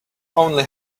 only